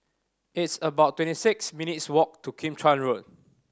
it's about twenty six minutes' walk to Kim Chuan Road